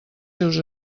seus